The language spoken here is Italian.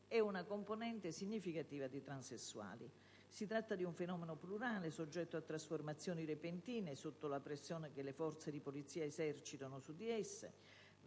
e una componente significativa di transessuali. Si tratta di un fenomeno plurale, soggetto a trasformazioni repentine sotto la pressione che le forze di polizia esercitano su di esso